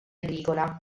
agricola